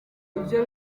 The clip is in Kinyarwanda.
ibyo